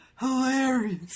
hilarious